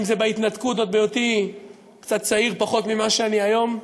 אם זה בהתנתקות עוד בהיותי קצת צעיר יותר ממה שאני היום,